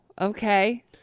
okay